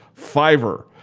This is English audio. fiverr.